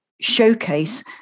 showcase